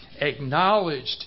acknowledged